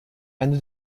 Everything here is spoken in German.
ende